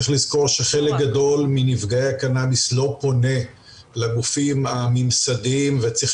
צריך לזכור שחלק גדול מנפגעי הקנאביס לא פונה לגופים הממסדיים וצריך